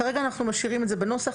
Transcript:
כרגע אנחנו משאירים את זה בנוסח,